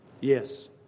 Yes